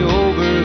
over